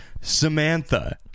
Samantha